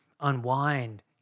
unwind